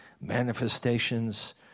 manifestations